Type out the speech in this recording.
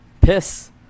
piss